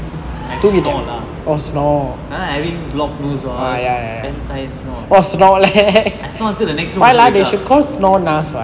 I snore lah I having blocked nose [what] then I snore I snore until the next room also wake up